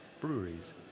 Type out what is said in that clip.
breweries